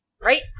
Right